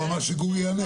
הוא אמר שגור יענה.